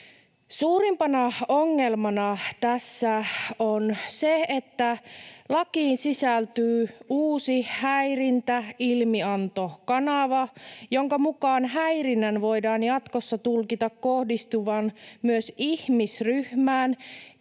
Suurimpana ongelmana tässä on se, että lakiin sisältyy uusi häirintäilmiantokanava, jonka mukaan häirinnän voidaan jatkossa tulkita kohdistuvan myös ihmisryhmään,